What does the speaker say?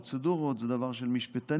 פרוצדורות זה דבר של משפטנים,